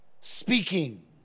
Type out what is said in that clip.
speaking